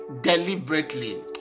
deliberately